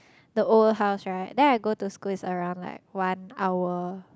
the old house right then I go to school is around like one hour